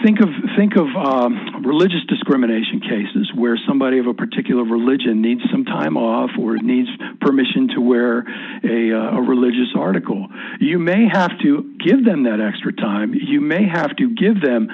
think of think of religious discrimination cases where somebody of a particular religion needs some time off for needs permission to wear a religious article you may have to give them that extra time you may have to give them